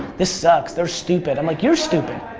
this sucks. they're stupid. i'm like, you're stupid.